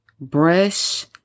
Brush